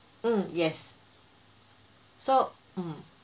mm yes so mm